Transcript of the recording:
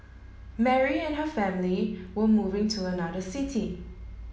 Mary and her family were moving to another city